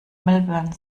melbourne